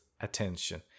attention